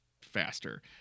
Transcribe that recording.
faster